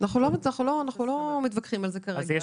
אנחנו לא מתווכחים על זה כרגע.